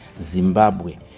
Zimbabwe